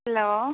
hello